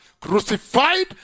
crucified